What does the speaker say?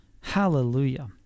Hallelujah